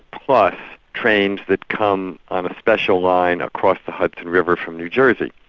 plus trains that come on a special line across the hudson river from new jersey,